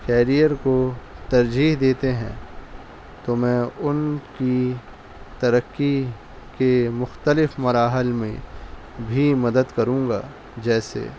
career کو ترجیح دیتے ہیں تو میں ان کی ترقی کے مختلف مراحل میں بھی مدد کروں گا جیسے